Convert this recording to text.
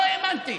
לא האמנתי.